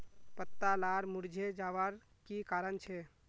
पत्ता लार मुरझे जवार की कारण छे?